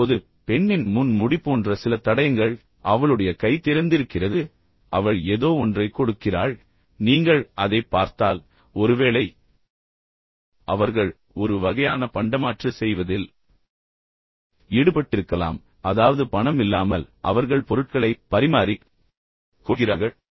இப்போது பெண்ணின் முன் முடி போன்ற சில தடயங்கள் அவளுடைய கை திறந்திருக்கிறது அவள் எதோ ஒன்றை கொடுக்கிறாள் நீங்கள் அதைப் பார்த்தால் ஒருவேளை அவர்கள் ஒரு வகையான பண்டமாற்று செய்வதில் ஈடுபட்டிருக்கலாம் அதாவது பணம் இல்லாமல் அவர்கள் பொருட்களைப் பரிமாறிக் கொள்கிறார்கள்